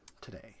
today